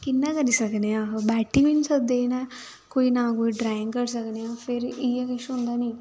कि'यां करी सकने अस बैठी बी निं सकदे न कोई नां कोई ड्रांइग करी सकने आं फिर इ'यै किश होंदा निं